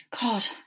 God